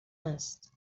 هست